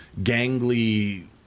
gangly